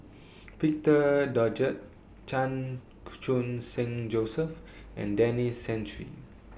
Victor Doggett Chan Khun Sing Joseph and Denis Santry